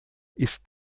ist